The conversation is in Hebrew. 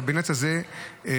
לקבינט הזה יוצמד,